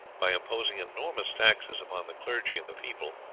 by imposing enormous taxes upon the clergy and the people,